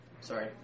Sorry